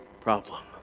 problem